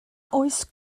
oes